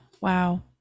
Wow